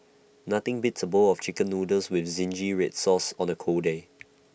nothing beats A bowl of Chicken Noodles with Zingy Red Sauce on A cold day